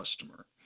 customer